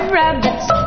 rabbits